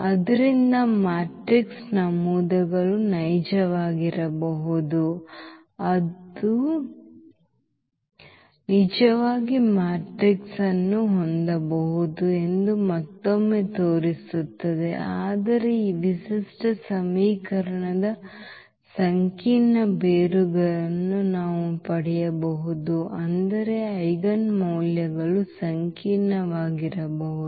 ಆದ್ದರಿಂದ ಮ್ಯಾಟ್ರಿಕ್ಸ್ ನಮೂದುಗಳು ನೈಜವಾಗಿರಬಹುದು ಅದು ನಿಜವಾದ ಮ್ಯಾಟ್ರಿಕ್ಸ್ ಅನ್ನು ಹೊಂದಬಹುದು ಎಂದು ಮತ್ತೊಮ್ಮೆ ತೋರಿಸುತ್ತದೆ ಆದರೆ ಈ ವಿಶಿಷ್ಟ ಸಮೀಕರಣದ ಸಂಕೀರ್ಣ ಬೇರುಗಳನ್ನು ನಾವು ಪಡೆಯಬಹುದು ಅಂದರೆ ಐಜೆನ್ ಮೌಲ್ಯಗಳು ಸಂಕೀರ್ಣವಾಗಿರಬಹುದು